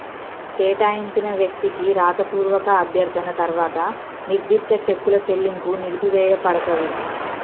కేటాయించిన వ్యక్తికి రాతపూర్వక అభ్యర్థన తర్వాత నిర్దిష్ట చెక్కుల చెల్లింపు నిలిపివేయపడతది